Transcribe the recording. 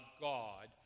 God